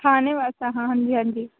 खाने बास्तै हां हां जी हां जी